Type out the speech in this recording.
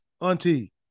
auntie